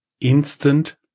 instant